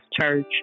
church